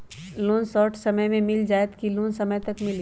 Loan short समय मे मिल जाएत कि लोन समय तक मिली?